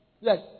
Yes